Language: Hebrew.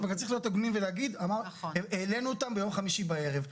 אבל צריכים להיות הוגנים ולהגיד - העלנו אותם ביום חמישי בערב.